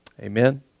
Amen